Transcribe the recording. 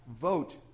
vote